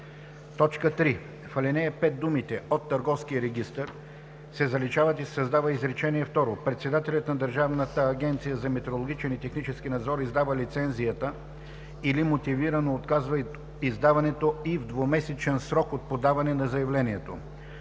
3. В ал. 5 думите „от търговския регистър“ се заличават и се създава изречение второ: „Председателят на Държавната агенция за метрологичен и технически надзор издава лицензията или мотивирано отказва издаването ѝ в двумесечен срок от подаване на заявлението.“